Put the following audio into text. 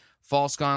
false